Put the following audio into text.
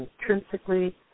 intrinsically